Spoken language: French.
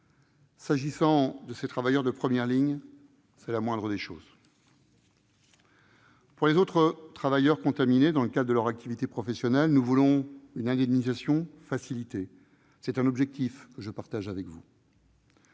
S'agissant de ces travailleurs de première ligne, c'est la moindre des choses. Pour les autres travailleurs contaminés dans le cadre de leur activité professionnelle, nous voulons une indemnisation facilitée. C'est un objectif que je partage avec vous.